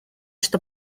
что